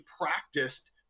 practiced